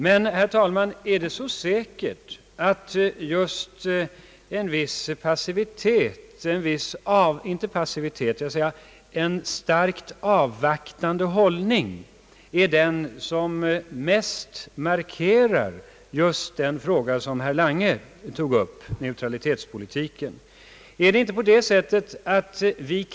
Men är det så säkert, herr talman, att just en starkt avvaktande hållnipg är det som mest markerar neutralitetspolitiken, alltså den fråga som herr Lange tog upp?